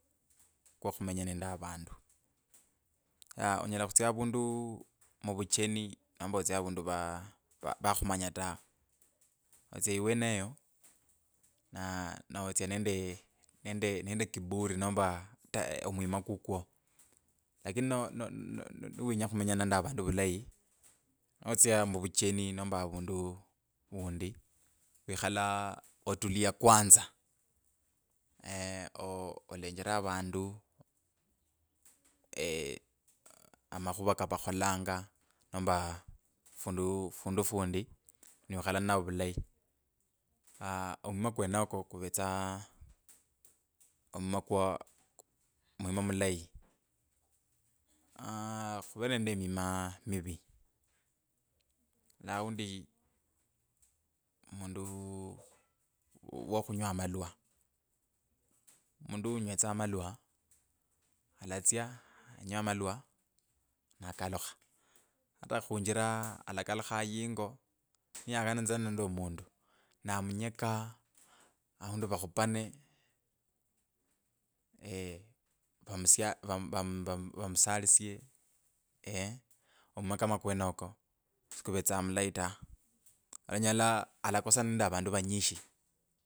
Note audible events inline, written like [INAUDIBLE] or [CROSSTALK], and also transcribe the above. Kwo khumenya nende avandu. aa onyela khutsya avundu muvucheni nomba otsye avundu aa va.-vakhumanya tawe. Notsya iweneyo na notsya nende kiburi nomba [HESITATION] omwima kukwo. Lakini no- no- no- nimwinya khumenya nende avandu vulayi. notsya muvucheni nomba avundu undi wikhala otulia kwanza [HESITATION] oo olenjera avandu [HESITATION] aa. amakhuva kavakholanga nomba fundu fundu fundi. niwakhala ninavo vulayi. [HESITATION] omwima kwenoko kuvetsa omwima kwo mwima mulayi. [HESITATION] khuvere nende emima mivi. Aundi mundu wo khinywa amalwa. Mundu unywetsa amalwa alatsya anywe amalwa nakalukha. Ata khunjira alakalukha yingo. niyakana tsa nende omundu namunyeka aundi vakhupane. [HESITATION] vamusya van- vava- vamusalisye [HESITATION] mwima kama okwenoko sikuvetsa mulayi ta. Olanyola alakosanga nende vandu vanyishi